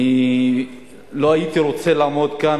אנחנו ממשיכים.